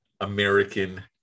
american